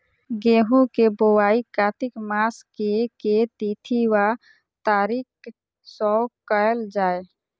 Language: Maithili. गेंहूँ केँ बोवाई कातिक मास केँ के तिथि वा तारीक सँ कैल जाए?